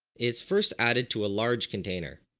its first added to a large container.